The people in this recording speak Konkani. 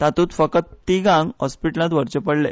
तांतूत फकत तीगांक हॉस्पिटलांत व्हरचे पडले